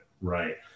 right